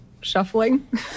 shuffling